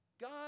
God